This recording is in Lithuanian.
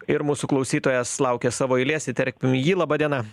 ir mūsų klausytojas laukia savo eilės įterpkim jį laba diena